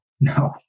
No